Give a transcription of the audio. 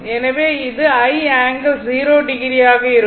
எனவே அது I ∠0o ஆக இருக்கும்